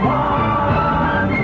one